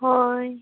ᱦᱳᱭ